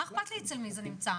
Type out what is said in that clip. מה אכפת לי אצל מי זה נמצא?